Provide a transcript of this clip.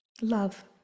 love